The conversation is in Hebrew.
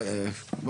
בסדר נגיע, אל תדאג.